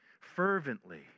fervently